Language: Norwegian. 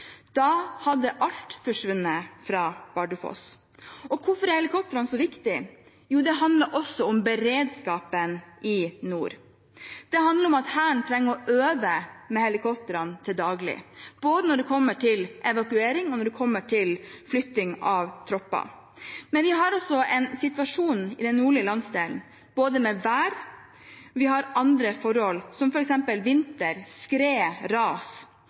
Da hadde alt forsvunnet fra Bardufoss. Hvorfor er helikoptrene så viktig? Jo, det handler også om beredskapen i nord. Det handler om at Hæren trenger å øve med helikoptrene daglig, både når det kommer til evakuering, og når det kommer til flytting av tropper. Men vi har også en situasjon i den nordlige landsdelen med vær og andre forhold, som f.eks. vinter, skred, ras.